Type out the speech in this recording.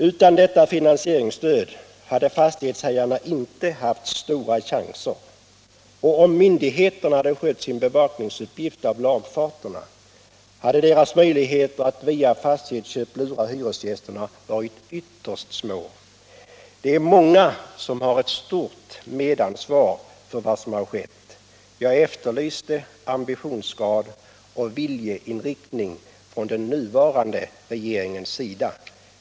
Utan det ta finansieringsstöd hade fastighetshajarna inte haft stora chanser. Och om myndigheterna hade skött sin uppgift att bevaka lagfarterna hade chanserna att lura hyresgästerna varit ytterst små. Många har ett stort medansvar för vad som skett. Jag efterlyste ambitionsgrad och viljeinriktning från den nuvarande regeringens sida.